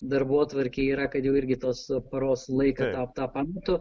darbotvarkė yra kad jau irgi tos paros laiką tą tą pametu